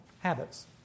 habits